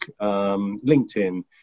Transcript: LinkedIn